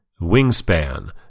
Wingspan